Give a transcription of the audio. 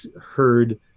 heard